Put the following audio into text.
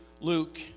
Luke